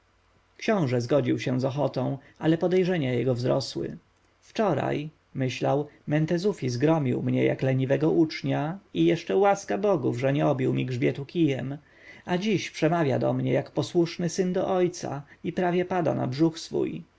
książę zgodził się z ochotą ale podejrzenia jego wzrosły wczoraj myślał mentezufis gromił mnie jak leniwego ucznia i jeszcze łaska bogów że nie obił mi grzbietu kijem a dziś przemawia do mnie jak posłuszny syn do ojca i prawie pada na brzuch swój